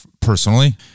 Personally